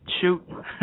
Shoot